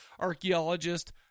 archaeologist